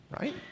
right